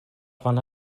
von